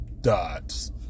dots